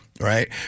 right